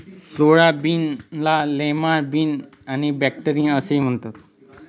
सोयाबीनला lima bean आणि butter bean असेही म्हणतात